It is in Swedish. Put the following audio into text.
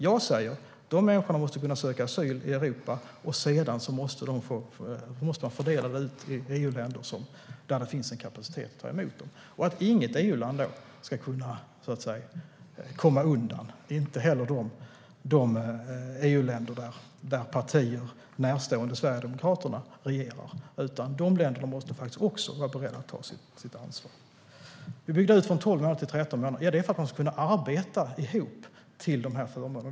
Jag säger: Dessa människor måste kunna söka asyl i Europa, och de måste fördelas ut i EU-länder där det finns kapacitet att ta emot dem. Inget EU-land ska kunna komma undan, inte heller de EU-länder där partier närstående Sverigedemokraterna regerar. De länderna måste faktiskt också vara beredda att ta sitt ansvar. Vi bygger ut från 12 månader till 13 månader. Det gör vi för att människor ska kunna arbeta ihop till dessa förmåner.